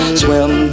swim